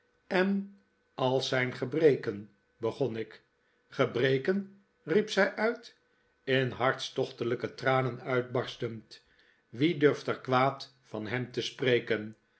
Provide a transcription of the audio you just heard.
en als zijn gebreken begon ik gebreken riep zij uit in hartstochtelijke tranen uitbarstend wie durft er kwaad van hem te spreken